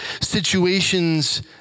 situations